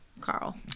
Carl